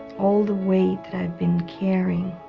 all the weight that i've been carrying